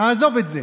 נעזוב את זה.